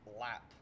lap